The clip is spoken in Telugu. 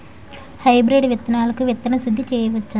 హైబ్రిడ్ విత్తనాలకు విత్తన శుద్ది చేయవచ్చ?